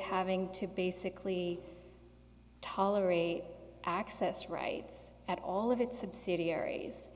having to basically tolerate access rights at all of its subsidiaries